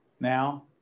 now